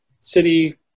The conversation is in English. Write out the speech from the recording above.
city